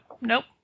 Nope